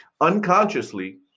Unconsciously